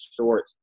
short